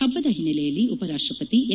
ಹಬ್ಬದ ಹಿನ್ನೆಲೆಯಲ್ಲಿ ಉಪರಾಷ್ಟ ಪತಿ ಎಂ